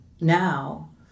now